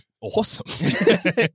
Awesome